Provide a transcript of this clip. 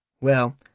Well